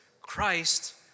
Christ